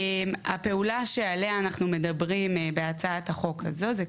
הפעולה שעליה אנחנו מדברים בהצעת החוק הזו היא,